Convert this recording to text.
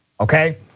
okay